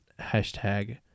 hashtag